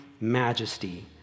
majesty